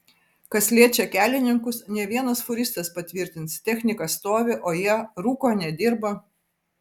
kas liečia kelininkus ne vienas fūristas patvirtins technika stovi o jie rūko nedirba